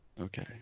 Okay